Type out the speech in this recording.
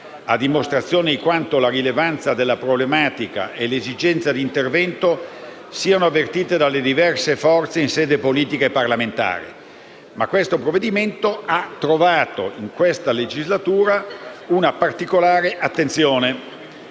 a dimostrazione di quanto la rilevanza della problematica e l'esigenza di intervento siano avvertite dalle diverse forze in sede politica e parlamentare. Il provvedimento ha trovato in questa legislatura una particolare attenzione,